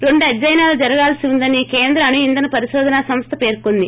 రెండు అధ్యయనాలు జరగాల్సి ఉందని కేంద్ర అణుణంధన పరికోధన సంస్ల పేర్చొంది